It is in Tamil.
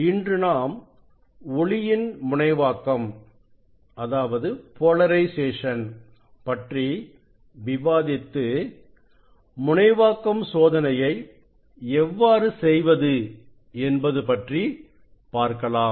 இன்று நாம் ஒளியின் முனைவாக்கம் பற்றி விவாதித்து முனைவாக்கம் சோதனையை எவ்வாறு செய்வது என்பது பற்றி பார்க்கலாம்